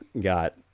got